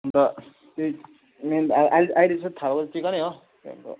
अन्त त्यही मेन आ आ अहिले चाहिँ थाह भएको चाहिँ चिकनै हो